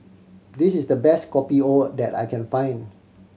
this is the best Kopi O that I can find